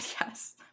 yes